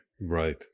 Right